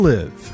Live